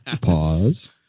pause